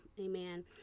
Amen